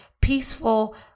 peaceful